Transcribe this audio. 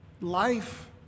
life